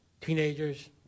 teenagers